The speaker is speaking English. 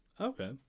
Okay